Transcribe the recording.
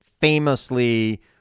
famously